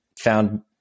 found